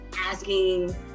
asking